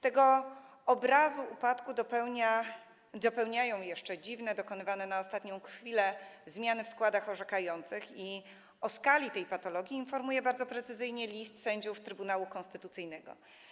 Tego obrazu upadku dopełniają jeszcze dziwne, dokonywane na ostatnią chwilę, zmiany w składach orzekających i o skali tej patologii informuje bardzo precyzyjnie list sędziów Trybunału Konstytucyjnego.